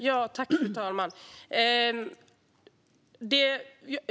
Fru talman!